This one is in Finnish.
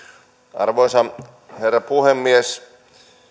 arvoisa herra puhemies